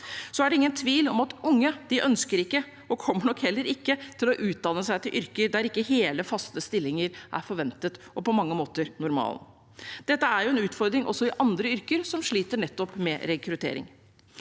Så er det ingen tvil om at unge ikke ønsker og nok heller ikke kommer til å utdanne seg til yrker der ikke hele, faste stillinger er forventet og på mange måter normalen. Dette er en utfordring også i andre yrker som sliter nettopp med rekruttering.